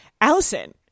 Allison